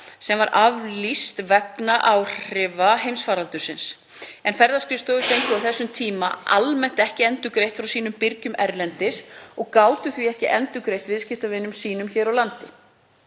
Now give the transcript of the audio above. sem aflýst var vegna áhrifa heimsfaraldursins, en ferðaskrifstofur fengu á þessum tíma almennt ekki endurgreitt frá sínum birgjum erlendis og gátu því ekki endurgreitt viðskiptavinum sínum hér á landi.